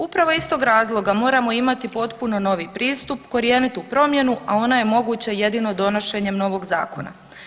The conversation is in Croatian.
Upravo iz tog razloga moramo imati potpuno novi pristup, korjenitu promjenu, a ona je moguća jedino donošenjem novog zakona.